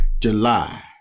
July